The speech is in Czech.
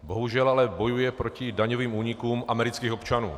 Bohužel ale bojuje proti daňovým únikům amerických občanů.